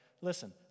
Listen